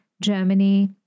Germany